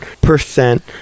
percent